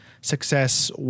success